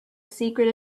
secret